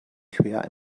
quer